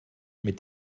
mit